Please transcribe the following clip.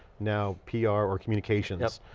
now pr or communications